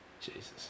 Jesus